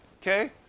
Okay